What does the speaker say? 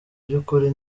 by’ukuri